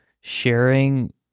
sharing